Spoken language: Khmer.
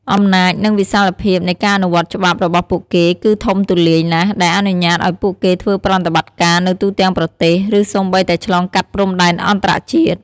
អំណាច និងវិសាលភាពនៃការអនុវត្តច្បាប់របស់ពួកគេគឺធំទូលាយណាស់ ដែលអនុញ្ញាតឲ្យពួកគេធ្វើប្រតិបត្តិការនៅទូទាំងប្រទេស ឬសូម្បីតែឆ្លងកាត់ព្រំដែនអន្តរជាតិ។